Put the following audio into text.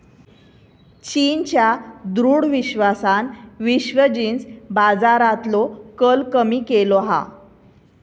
चीनच्या दृढ विश्वासान विश्व जींस बाजारातलो कल कमी केलो हा